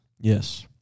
Yes